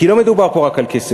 כי לא מדובר פה רק על כסף,